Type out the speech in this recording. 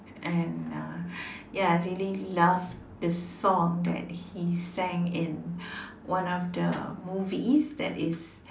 and uh ya I really love the song that he sang in one of the movies that is